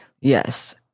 Yes